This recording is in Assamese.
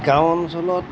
গাঁও অঞ্চলত